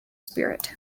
spirit